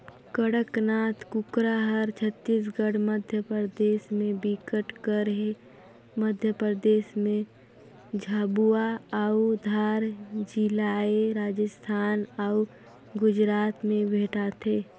कड़कनाथ कुकरा हर छत्तीसगढ़, मध्यपरदेस में बिकट कर हे, मध्य परदेस में झाबुआ अउ धार जिलाए राजस्थान अउ गुजरात में भेंटाथे